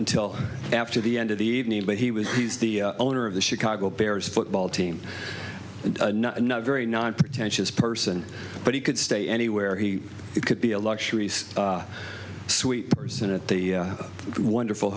until after the end of the evening but he was he's the owner of the chicago bears football team and a very non pretentious person but he could stay anywhere he could be a luxury sweet person at the wonderful